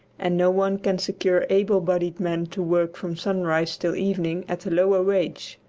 and no one can secure able-bodied men to work from sunrise till evening at a lower wage.